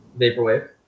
Vaporwave